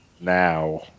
now